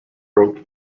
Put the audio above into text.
broke